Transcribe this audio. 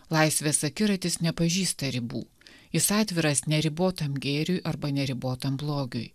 laisvės akiratis nepažįsta ribų jis atviras neribotam gėriui arba neribotam blogiui